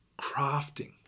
crafting